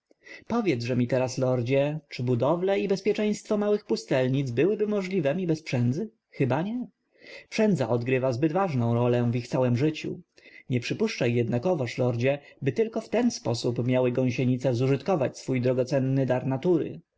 niemożliwy powiedz-że mi teraz lordzie czy budowle i bezpieczeństwo małych pustelnic byłyby możliwemi bez przędzy chyba nie przędza odgrywa zbyt ważną rolę w ich całem życiu nic przypuszczaj jednakowoż lordzie by tylko w ten sposób umiały gąsienice zużytkowywać swój drogocenny dar natury